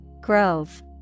Grove